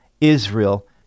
Israel